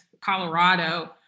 Colorado